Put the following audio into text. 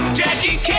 Jackie